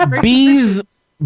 Bees